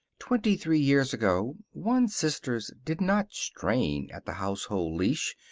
twenty-three years ago one's sisters did not strain at the household leash,